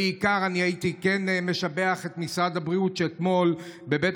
בעיקר הייתי משבח את משרד הבריאות: אתמול בבית